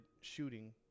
shooting